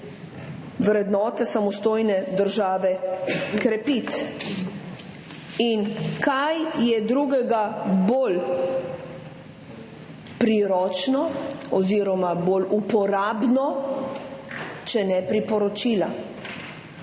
vrednote samostojne države krepiti. Kaj je drugega bolj priročnega oziroma bolj uporabnega, če ne priporočila?